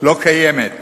לא קיימת.